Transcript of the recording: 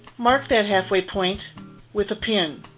mark that halfway point with a pin.